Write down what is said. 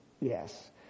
yes